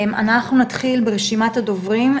נתחיל ברשימת הדוברים,